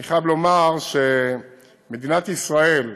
אני חייב לומר שמדינת ישראל,